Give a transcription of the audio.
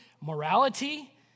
morality